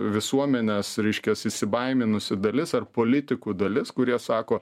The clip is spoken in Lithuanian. visuomenės reiškias įsibaiminusi dalis ar politikų dalis kurie sako